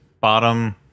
Bottom